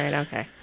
and ok.